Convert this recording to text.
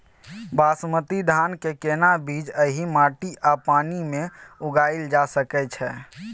बासमती धान के केना बीज एहि माटी आ पानी मे उगायल जा सकै छै?